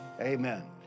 Amen